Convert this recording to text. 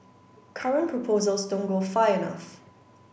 current proposals don't go far enough